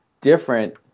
different